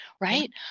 right